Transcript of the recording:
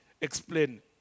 explain